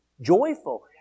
joyful